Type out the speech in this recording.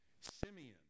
Simeon